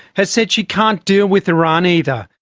has said she can't deal with iran either.